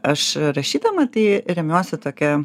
aš rašydama tai remiuosi tokia